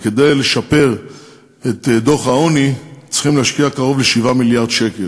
שכדי לשפר את דוח העוני צריכים להשקיע קרוב ל-7 מיליארד שקל.